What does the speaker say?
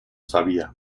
sabía